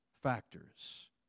factors